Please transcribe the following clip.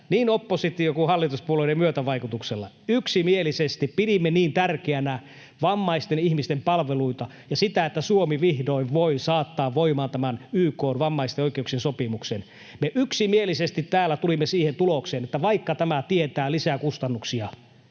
niin opposition kuin hallituspuolueiden myötävaikutuksella — pidimme niin tärkeänä vammaisten ihmisten palveluita ja sitä, että Suomi vihdoin voi saattaa voimaan tämän YK:n vammaisten oikeuksien sopimuksen. Me yksimielisesti täällä tulimme siihen tulokseen, että vaikka tämä tietää lisää kustannuksia